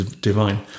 divine